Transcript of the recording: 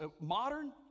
modern